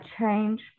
change